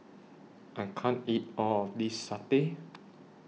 I can't eat All of This Satay